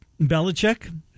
Belichick